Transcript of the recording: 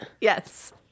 Yes